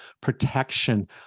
protection